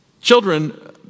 Children